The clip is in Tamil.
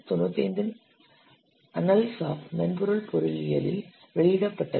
0 1995 இன் அன்னல்ஸ் ஆஃப் மென்பொருள் பொறியியலில் வெளியிடப்பட்டது